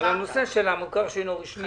נושא המוכר שאינו רשמי.